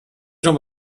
jean